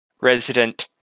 resident